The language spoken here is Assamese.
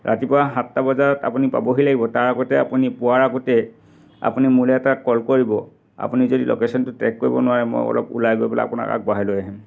ৰাতিপুৱা সাতটা বজাত আপুনি পাবহি লাগিব তাৰ আগতে আপুনি পোৱাৰ আগতে আপুনি মোলৈ এটা কল কৰিব আপুনি যদি লোকেশ্যনটো ট্ৰেক কৰিব নোৱাৰে মই অলপ ওলাই গৈ পেলাই আপোনাক আগবঢ়াই লৈ আহিম